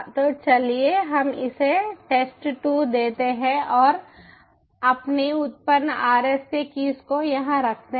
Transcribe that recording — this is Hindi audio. तो चलिए हम इसे test2 देते हैं और अपनी उत्पन्न RSA कीस को यहाँ रखते हैं